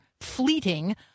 fleeting